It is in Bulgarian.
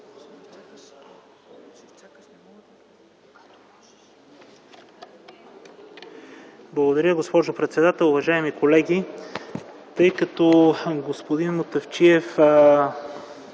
Благодаря, госпожо председател. Уважаеми колеги, тъй като господин Мутафчиев